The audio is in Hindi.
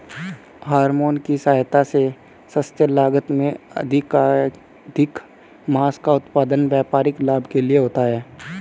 हॉरमोन की सहायता से सस्ते लागत में अधिकाधिक माँस का उत्पादन व्यापारिक लाभ के लिए होता है